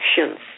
actions